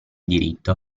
diritto